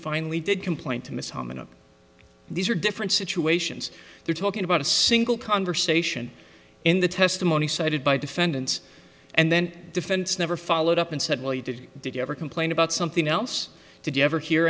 finally did complain to miss hominum these are different situations they're talking about a single conversation in the testimony cited by defendants and then defense never followed up and said well you did did you ever complain about something else did you ever hear